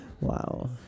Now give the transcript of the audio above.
Wow